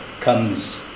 comes